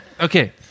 okay